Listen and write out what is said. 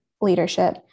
leadership